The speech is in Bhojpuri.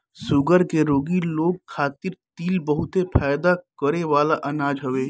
शुगर के रोगी लोग खातिर तिल बहुते फायदा करेवाला अनाज हवे